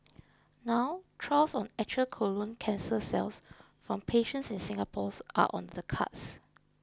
now trials on actual colon cancer cells from patients in Singapore are on the cards